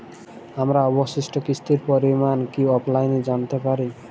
আমার অবশিষ্ট কিস্তির পরিমাণ কি অফলাইনে জানতে পারি?